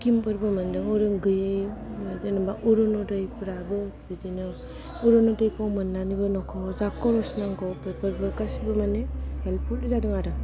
सिकिम फोरबो मोन्दों गैयै जेनबा अरुनदय गैयै जेनोबा अरुनदयफ्राबो सिकिम फोरखौ मोनानै हाय नखर आव हाय जा खरस नांगौ बेफोरखौ गासिबो माने हेल्पुल जादों आरो